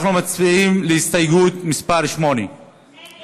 עד 8. אנחנו מצביעים על הסתייגות מס' 8. ההסתייגות (8)